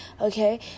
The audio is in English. Okay